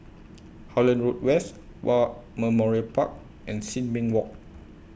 Holland Road West War Memorial Park and Sin Ming Walk